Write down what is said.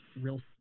real